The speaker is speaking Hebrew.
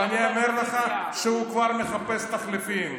ואני אומר לך שהוא כבר מחפש תחליפים.